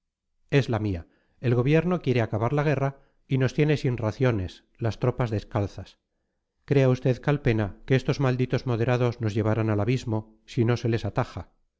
es la mía el gobierno quiere acabar la guerra y nos tiene sin raciones las tropas descalzas crea usted calpena que esos malditos moderados nos llevarán al abismo si no se les ataja